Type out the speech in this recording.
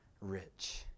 rich